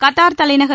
Qatar தலைநகர்